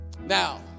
Now